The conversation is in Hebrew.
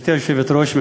גברתי היושבת-ראש,